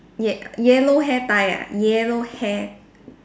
yel~ yellow hair tie ah yellow hair